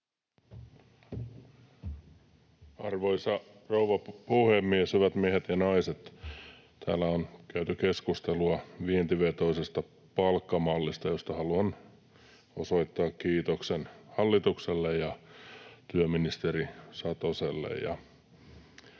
Arvoisa rouva puhemies! Hyvät miehet ja naiset! Täällä on käyty keskustelua vientivetoisesta palkkamallista, josta haluan osoittaa kiitoksen hallitukselle ja työministeri Satoselle.